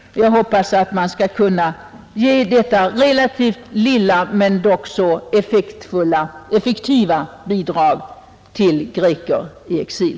Jag hoppas att man skall kunna ge detta relativt lilla men dock effektiva bidrag till greker i exil.